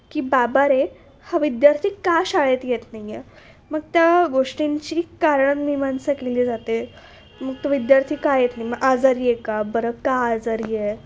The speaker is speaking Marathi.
की बाबा रे हा विद्यार्थी का शाळेत येत नाही आहे मग त्या गोष्टींची कारणमीमांसा केलेली जाते मग तो विद्यार्थी का येत नाही मग आजारी आहे का बरं का आजारी आहे